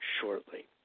shortly